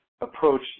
approach